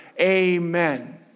Amen